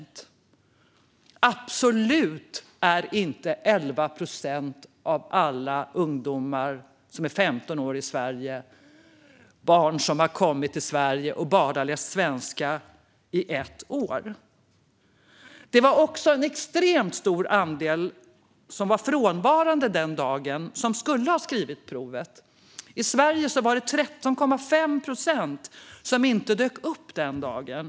Det är absolut inte 11 procent av alla ungdomar som är 15 år i Sverige som har kommit till Sverige och bara läst svenska i ett år. Det var också en extremt stor andel som var frånvarande och som skulle ha skrivit provet. I Sverige var det 13,5 procent som inte dök upp den dagen.